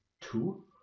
two